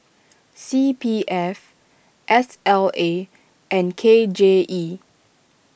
C P F S L A and K J E